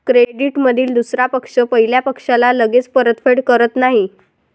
क्रेडिटमधील दुसरा पक्ष पहिल्या पक्षाला लगेच परतफेड करत नाही